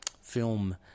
film